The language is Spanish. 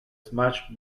smash